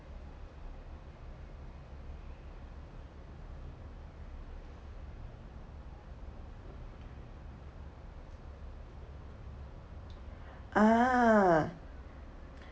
ah